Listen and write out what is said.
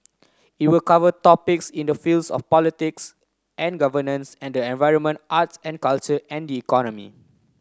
it will cover topics in the fields of politics and governance and the environment arts and culture and the economy